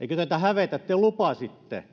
eikö teitä hävetä te lupasitte